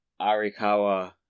Arikawa